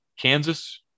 Kansas